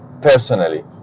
personally